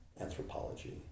anthropology